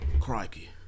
crikey